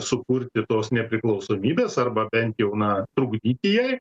sukurti tos nepriklausomybės arba bent jau na trukdyti jai